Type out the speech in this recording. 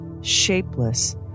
shapeless